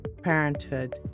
parenthood